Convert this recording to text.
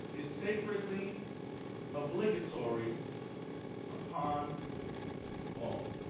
is secretly obligatory upon all.